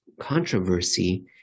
controversy